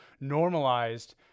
normalized